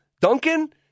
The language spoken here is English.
Duncan